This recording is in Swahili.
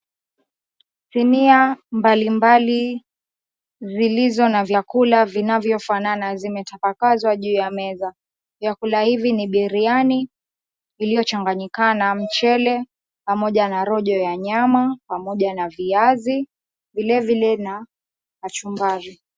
Sinia mbali mbali zilizo na vyakula vinavyofanana zimetapakazwa juu ya meza. Vyakula hivi ni biriani iliyochanganyikana, mchele pamoja na rojo ya nyama pamoja na viazi, vilevile na kachumbari.